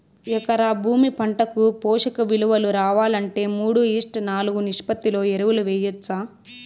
ఎకరా భూమి పంటకు పోషక విలువలు రావాలంటే మూడు ఈష్ట్ నాలుగు నిష్పత్తిలో ఎరువులు వేయచ్చా?